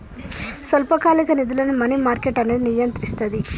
స్వల్పకాలిక నిధులను money market అనేది నియంత్రిస్తది